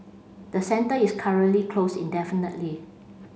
the centre is currently closed indefinitely